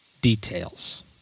details